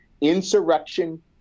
insurrection